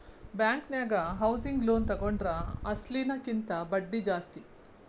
ಬ್ಯಾಂಕನ್ಯಾಗ housing loan ತಗೊಂಡ್ರ ಅಸ್ಲಿನ ಕಿಂತಾ ಬಡ್ದಿ ಜಾಸ್ತಿ